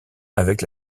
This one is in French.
avec